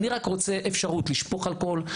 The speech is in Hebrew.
אני רק רוצה אפשרות לשפוך אלכוהול,